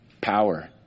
Power